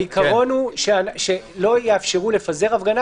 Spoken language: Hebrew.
העיקרון הוא שלא יאפשרו לפזר הפגנה,